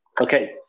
Okay